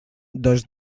dos